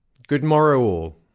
good morrow, all.